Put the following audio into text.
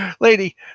Lady